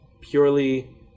purely